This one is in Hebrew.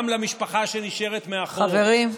גם למשפחה שנשארת מאחור, חברים.